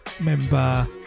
member